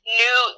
new –